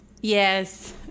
Yes